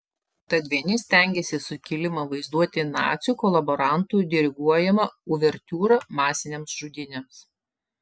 tad vieni stengiasi sukilimą vaizduoti nacių kolaborantų diriguojama uvertiūra masinėms žudynėms